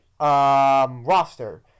roster